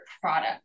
product